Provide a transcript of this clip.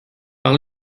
par